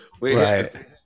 Right